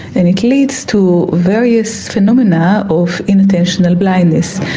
and it leads to various phenomena of inattentional blindness,